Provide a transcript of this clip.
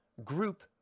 Group